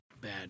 bad